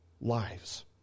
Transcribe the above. lives